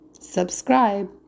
Subscribe